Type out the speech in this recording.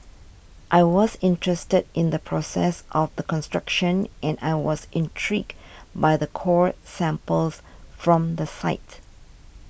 I was interested in the process of the construction and I was intrigued by the core samples from the site